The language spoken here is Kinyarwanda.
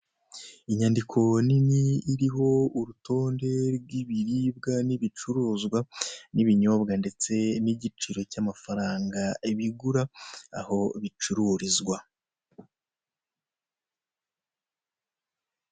Inyandiko nini, iriho urutonde rw'ibiribwa n'ibicuruzwa, n'ibinyobwa, ndetse n'igiciro cy'amafaranga bigura, aho bicururizwa.